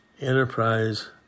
Enterprise